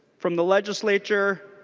from the legislature